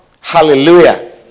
hallelujah